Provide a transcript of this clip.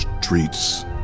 streets